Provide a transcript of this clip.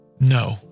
No